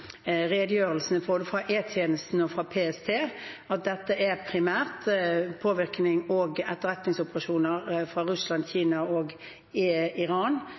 fra både E-tjenesten og PST, at dette primært er påvirknings- og etterretningsoperasjoner fra Russland, Kina og Iran,